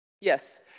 Yes